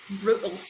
Brutal